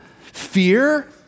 Fear